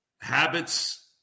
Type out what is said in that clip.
habits